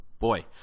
boy